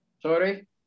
Sorry